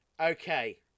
Okay